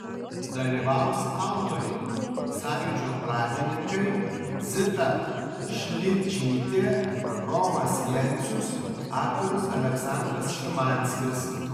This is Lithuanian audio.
dalyvaus autoriai sąjūdžio pradininkai zita šličytė romas jencius aktorius aleksandras šimanskis